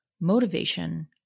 motivation